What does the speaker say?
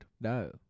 No